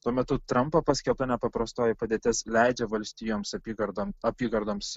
tuo metu trampo paskelbta nepaprastoji padėtis leidžia valstijoms apygardom apygardoms